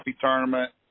Tournament